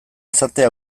izatea